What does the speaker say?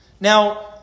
Now